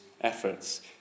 efforts